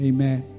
Amen